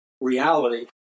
reality